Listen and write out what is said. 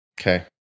Okay